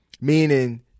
Meaning